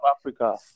Africa